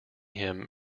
him